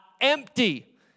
empty